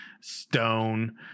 stone